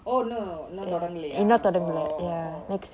oh no no இன்னொ தொடங்கலயா:inno thodangalayaa oh oh